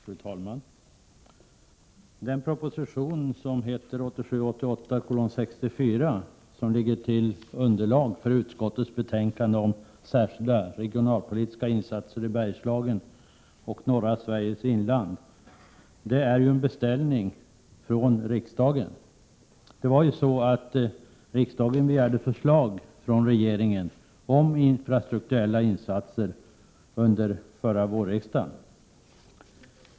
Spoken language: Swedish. Fru talman! Proposition 1987/88:64, som ligger till grund för utskottets betänkande om särskilda regionalpolitiska insatser i Bergslagen och norra Sveriges inland, är en beställning från riksdagen. Det var ju så att riksdagen begärde förslag från regeringen om infrastrukturella insatser under förra vårriksdagen.